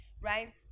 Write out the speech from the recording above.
right